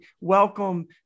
welcome